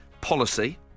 policy